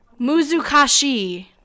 Muzukashi